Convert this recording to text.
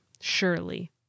surely